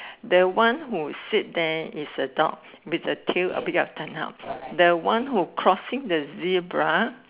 the one who sit there who is a dog with the tail turn up the one who's crossing the zebra